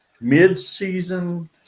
mid-season